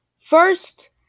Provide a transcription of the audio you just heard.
first